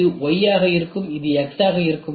இது y ஆக இருக்கும் இது x ஆக இருக்கும்